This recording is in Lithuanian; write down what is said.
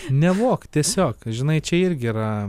nevok tiesiog žinai čia irgi yra